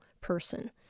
person